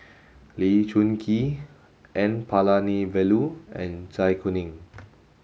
Lee Choon Kee N Palanivelu and Zai Kuning